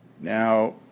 Now